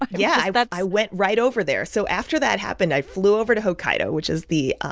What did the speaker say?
yeah, i but i went right over there. so after that happened, i flew over to hokkaido, which is the